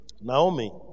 Naomi